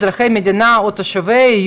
אזרחי המדינה או תושביה,